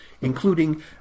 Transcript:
including